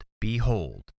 Behold